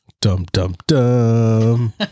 Dum-dum-dum